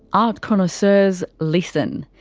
art connoisseurs listen.